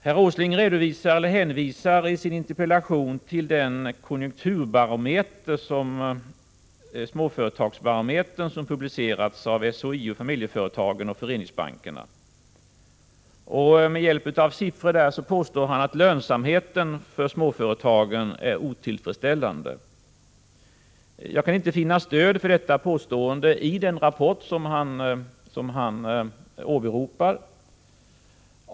Herr Åsling hänvisar i sin interpellation till den småföretagarbarometer som publicerats av SHIO-Familjeföretagen och Föreningsbankerna. Med hjälp av siffror i denna barometer påstår han att lönsamheten för småföretagen är otillfredsställande. Jag kan inte finna stöd för detta påstående i den rapport han åberopar.